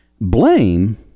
Blame